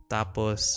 Tapos